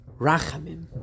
Rachamim